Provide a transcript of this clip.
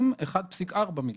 עם 1.4 מיליארד.